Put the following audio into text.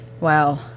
Wow